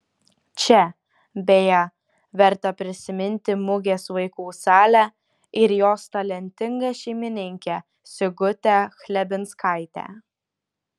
čia beje verta prisiminti mugės vaikų salę ir jos talentingą šeimininkę sigutę chlebinskaitę